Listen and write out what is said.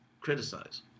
criticize